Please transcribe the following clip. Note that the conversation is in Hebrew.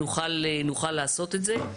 נוכל לעשות את זה.